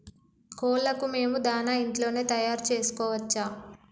కోళ్లకు మేము దాణా ఇంట్లోనే తయారు చేసుకోవచ్చా?